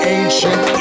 ancient